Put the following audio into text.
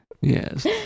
Yes